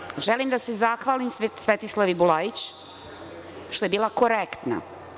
Na kraju, želim da se zahvalim Svetislavi Bulajić što je bila korektna.